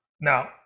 Now